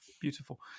beautiful